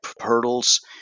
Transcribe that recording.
hurdles